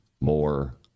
more